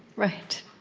right.